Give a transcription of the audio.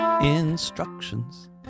instructions